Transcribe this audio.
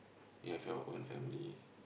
you have your own family